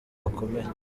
bakomeye